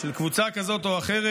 של קבוצה כזאת או אחרת.